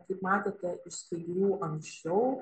kaip matėte iš skaidrių anksčiau